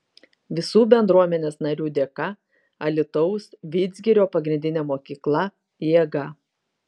visų bendruomenės narių dėka alytaus vidzgirio pagrindinė mokykla jėga